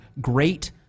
great